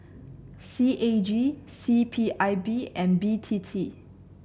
C A G C P I B and B T T